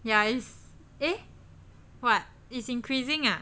ya is eh what is increasing ah